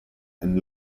and